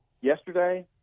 yesterday